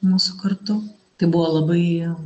mūsų kartu tai buvo labai